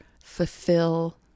fulfill